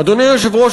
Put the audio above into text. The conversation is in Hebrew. אדוני היושב-ראש,